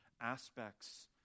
aspects